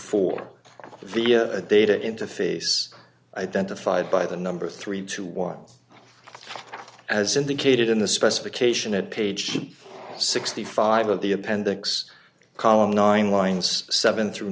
four via a data interface identified by the number three to one as indicated in the specification at page sixty five of the appendix column nine lines seven through